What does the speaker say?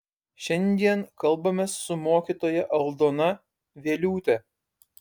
šiandien kalbamės su mokytoja aldona vieliūte